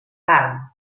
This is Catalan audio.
carn